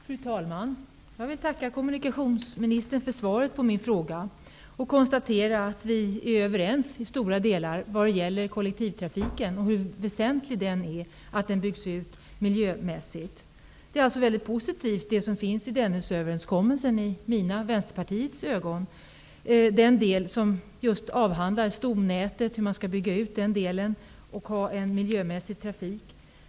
Fru talman! Jag vill tacka kommunikationsministern för svaret på min fråga. Jag konstaterar att vi i stora delar är överens, t.ex. om hur väsentligt det är att kollektivtrafiken byggs ut -- miljömässigt sett. I Vänsterpartiets ögon är den del i Dennisöverenskommelsen positiv som avhandlar hur stomnätet skall byggas ut och att det skall vara en miljömässigt bra trafik.